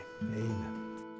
Amen